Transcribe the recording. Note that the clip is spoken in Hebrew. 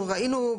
אנחנו ראינו,